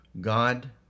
God